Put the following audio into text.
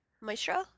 maestro